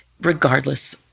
regardless